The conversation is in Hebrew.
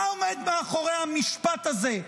מה עומד מאחורי המשפט הזה,